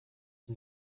une